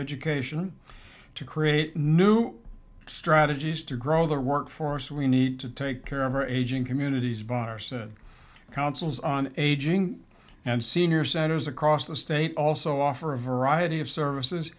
education to create new strategies to grow the workforce we need to take care of her aging communities barson councils on aging and senior centers across the state also offer a variety of services